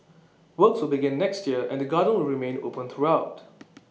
works will begin next year and the garden will remain open throughout